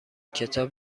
کتاب